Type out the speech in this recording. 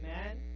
amen